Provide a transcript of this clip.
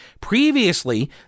Previously